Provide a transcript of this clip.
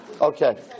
Okay